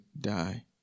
die